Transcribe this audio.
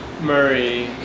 Murray